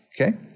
Okay